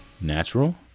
Natural